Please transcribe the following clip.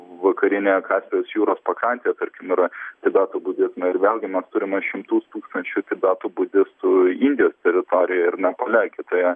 vakarinėje kaspijos jūros pakrantėje tarkim yra tibeto budizmo ir vėlgi mes turime šimtus tūkstančių tibeto budistų indijos teritorijoj ir nepale kitoje